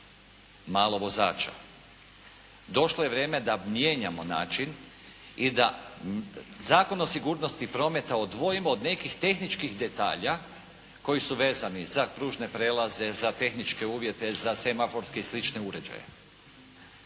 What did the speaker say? malo vozača. Došlo je vrijeme da mijenjamo način i da Zakon o sigurnosti prometa odvojimo od nekih tehničkih detalja koji su vezani za kružne prijelaze, za tehničke uvjete, za semaforske i slične uređaje.